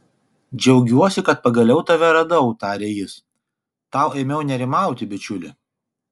džiaugiuosi kad pagaliau tave radau tarė jis tau ėmiau nerimauti bičiuli